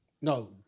No